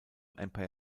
empire